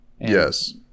Yes